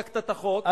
אתה חוקקת את החוק,